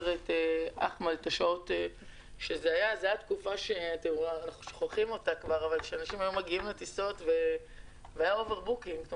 זו היתה תקופה שאנשים היו מגיעים לטיסות והיה אובר בוקינג.